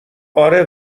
آره